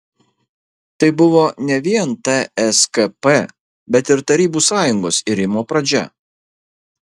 tai buvo ne vien tskp bet ir tarybų sąjungos irimo pradžia